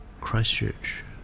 Christchurch